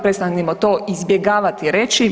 Prestanimo to izbjegavati reći.